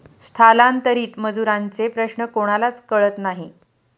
स्थलांतरित मजुरांचे प्रश्न कोणालाच कळत नाही